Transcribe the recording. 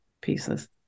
pieces